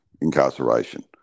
incarceration